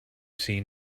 seen